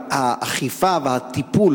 אבל האכיפה והטיפול,